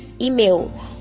email